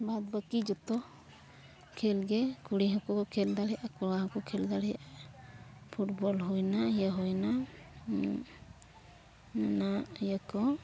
ᱵᱟᱫᱽ ᱵᱟᱹᱠᱤ ᱡᱚᱛᱚ ᱠᱷᱮᱹᱞ ᱜᱮ ᱠᱩᱲᱤ ᱦᱚᱸᱠᱚ ᱠᱷᱮᱹᱞ ᱫᱟᱲᱮᱭᱟᱜᱼᱟ ᱠᱚᱲᱟ ᱦᱚᱸᱠᱚ ᱠᱷᱮᱹᱞ ᱫᱟᱲᱮᱭᱟᱜᱼᱟ ᱦᱩᱭᱮᱱᱟ ᱤᱭᱟᱹ ᱦᱩᱭᱮᱱᱟ ᱚᱱᱟ ᱤᱭᱟᱹ ᱠᱚ